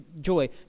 joy